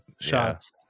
shots